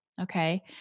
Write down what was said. Okay